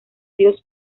dios